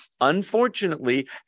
Unfortunately